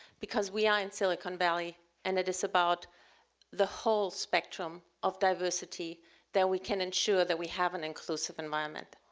because we are and silicon valley and it is about the whole spectrum of diversity that we can ensure that we have an inclusive environment.